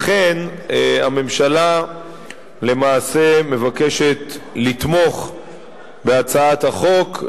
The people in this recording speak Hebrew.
לכן הממשלה מבקשת לתמוך בהצעת החוק,